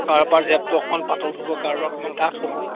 কাৰোবাৰ জেপটো অকণমান পাতল হ'ব কাৰোবাৰ অকণমান ডাঠ হ'ব